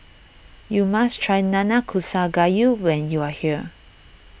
you must try Nanakusa Gayu when you are here